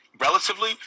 Relatively